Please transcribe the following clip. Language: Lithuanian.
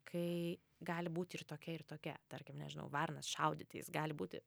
kai gali būti ir tokia ir tokia tarkim nežinau varnas šaudyti jis gali būti